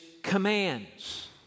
commands